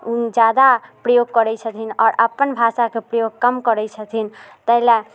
जादा प्रयोग करै छथिन आओर अपन भाषाके प्रयोग कम करै छथिन पहिले